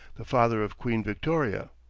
the father of queen victoria.